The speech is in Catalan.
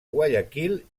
guayaquil